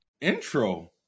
intro